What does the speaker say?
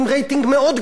גם שם יש הפסדים.